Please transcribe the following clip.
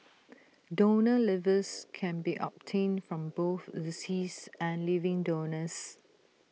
donor livers can be obtained from both deceased and living donors